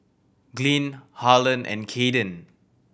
Glynn Harlon and Cayden